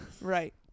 right